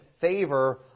favor